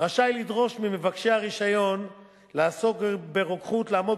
רשאי לדרוש ממבקשי הרשיון לעסוק ברוקחות לעמוד